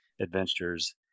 Adventures